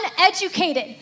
uneducated